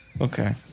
Okay